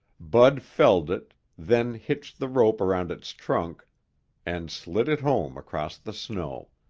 bud felled it, then hitched the rope around its trunk and slid it home across the snow.